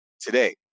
today